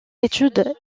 études